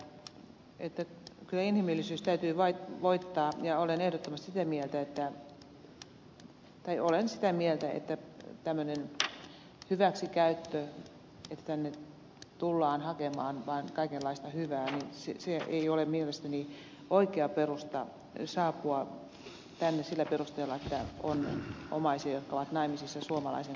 lahtela että kyllä inhimillisyyden täytyy voittaa ja olen sitä mieltä että tällainen hyväksikäyttö että tänne tullaan hakemaan vaan kaikenlaista hyvää ei ole oikea perusta saapua tänne se peruste että on omaisia jotka ovat naimisissa suomalaisen kanssa ja asuvat täällä